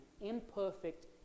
imperfect